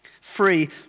Free